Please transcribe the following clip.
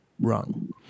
wrong